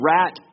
rat